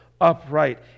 upright